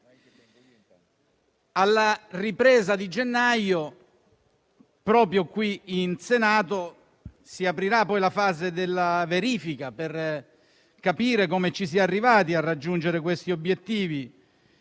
Alla ripresa, a gennaio, proprio qui in Senato si aprirà la fase della verifica, per capire come si è arrivati a raggiungere questi obiettivi